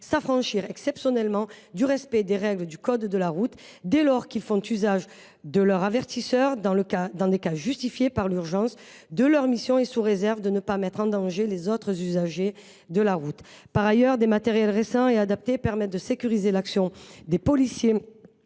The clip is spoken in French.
s’affranchir exceptionnellement du respect des règles du code de la route, dès lors qu’ils font usage de leurs avertisseurs dans les cas justifiés par l’urgence de leur mission et sous réserve de ne pas mettre en danger les autres usagers de la route. Par ailleurs, des matériels récents et adaptés permettent de sécuriser l’action des policiers